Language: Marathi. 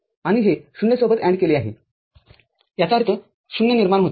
आणि हे ० सोबत ANDकेले गेले आहे याचा अर्थ ० निर्माण होते